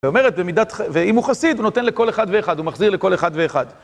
ואומרת, ואם הוא חסיד, הוא נותן לכל אחד ואחד, הוא מחזיר לכל אחד ואחד.